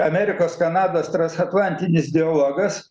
amerikos kanados transatlantinis dialogas